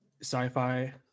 sci-fi